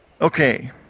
Okay